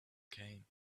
came